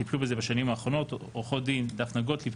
טיפלו בזה בשנים האחרונות עורכות הדין דפנה גוטליב,